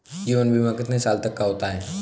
जीवन बीमा कितने साल तक का होता है?